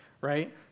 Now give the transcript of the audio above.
right